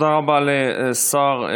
מדובר בעלייה עולמית שלמדינת ישראל